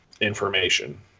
information